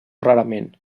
rarament